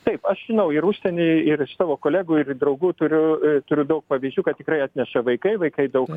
taip aš žinau ir užsieny ir iš savo kolegų ir draugų turiu turiu daug pavyzdžių kad tikrai atneša vaikai vaikai daug